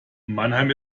mannheim